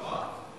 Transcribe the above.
נכון.